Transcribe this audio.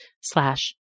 slash